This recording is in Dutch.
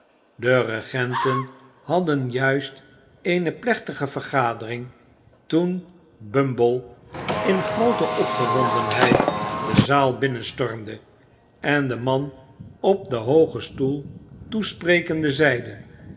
de regenten hadden juist eene plechtige vergadering toen bumble in groote opgewondenheid de zaal binnenstormde en den man op den hoogen stoel toesprekende zeide